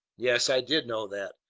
yes, i did know that!